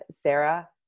Sarah